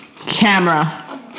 camera